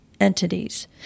entities